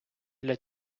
для